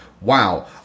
wow